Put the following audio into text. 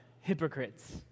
hypocrites